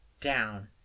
down